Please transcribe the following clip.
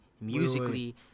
musically